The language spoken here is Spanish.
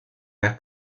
las